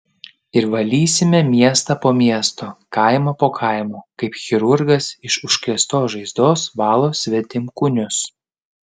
ir valysime miestą po miesto kaimą po kaimo kaip chirurgas iš užkrėstos žaizdos valo svetimkūnius